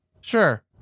Sure